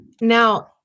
Now